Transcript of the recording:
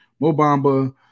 Mobamba